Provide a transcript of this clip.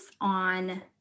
on